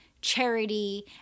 charity